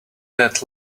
that